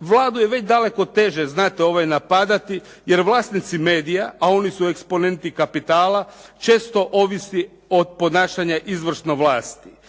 Vladu je već daleko teže znate napadati jer vlasnici medija a oni su eksponenti kapitala često ovisi o ponašanju